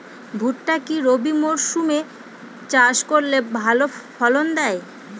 ভুট্টা কি রবি মরসুম এ চাষ করলে ভালো ফলন দেয়?